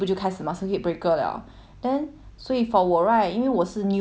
then 所以 for 我 right 因为我是 new intern mah then they didn't